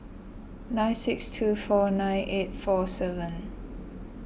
nine six two four nine eight four seven